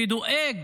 שדואג